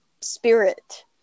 spirit